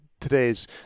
today's